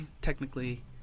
technically